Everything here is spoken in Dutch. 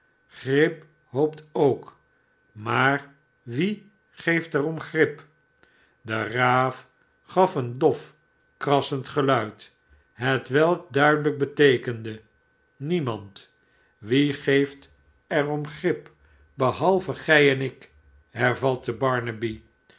grip ho opt ook maar wie geeft er om grip de raaf gaf een dof krassend geluid hetwelk duidelijk beteekende niemand wie geeft er om grip behalve gij en ik hervatte